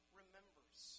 remembers